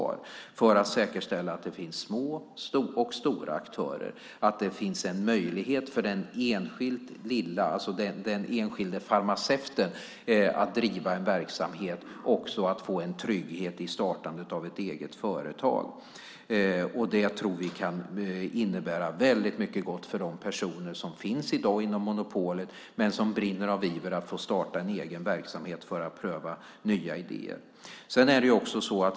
Det görs för att säkerställa att det finns små och stora aktörer och att det finns en möjlighet för den enskilde farmaceuten att driva en verksamhet och också få en trygghet i startandet av ett eget företag. Det tror vi kan innebära väldigt mycket gott för de personer som i dag finns inom monopolet men som brinner av iver att få starta en verksamhet för att få pröva nya idéer.